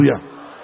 hallelujah